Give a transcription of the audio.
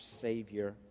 Savior